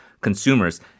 consumers